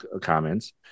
comments